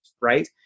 right